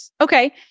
Okay